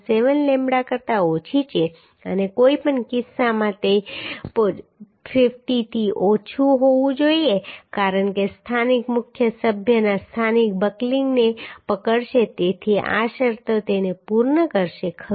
7 lambda કરતાં ઓછી છે અને કોઈપણ કિસ્સામાં તે 50 થી ઓછું હોવું જોઈએ કારણ કે સ્થાનિક મુખ્ય સભ્યના સ્થાનિક બકલિંગને પકડશે તેથી આ શરતો તેને પૂર્ણ કરશે ખરું